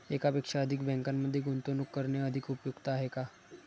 एकापेक्षा अधिक बँकांमध्ये गुंतवणूक करणे अधिक उपयुक्त आहे का?